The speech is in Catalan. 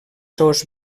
seus